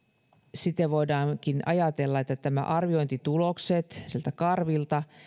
siten voidaankin ajatella että arviointitulokset sieltä karvilta